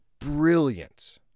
Brilliant